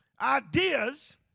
ideas